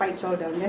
two gang